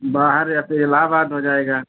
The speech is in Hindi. बाहर या फिर इलहाबाद हो जाएगा